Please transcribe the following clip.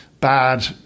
bad